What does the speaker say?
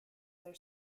their